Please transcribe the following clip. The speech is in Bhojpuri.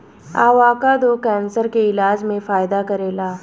अवाकादो कैंसर के इलाज में फायदा करेला